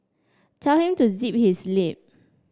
tell him to zip his lip